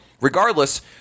Regardless